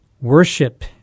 worship